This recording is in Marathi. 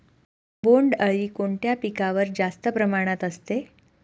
बोंडअळी कोणत्या पिकावर जास्त प्रमाणात असते?